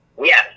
Yes